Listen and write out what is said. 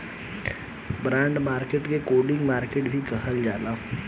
bond market के credit market भी कहल जाला